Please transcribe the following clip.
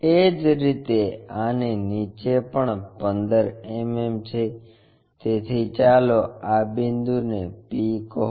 એ જ રીતે આની નીચે પણ 15 mm છે તેથી ચાલો આ બિંદુને p કહો